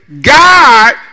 God